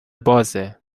بازه